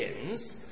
begins